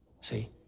See